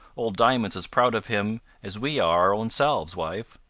old diamond's as proud of him as we are our own selves, wife.